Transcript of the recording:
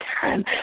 time